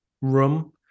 room